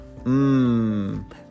Mmm